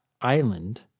island